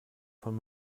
von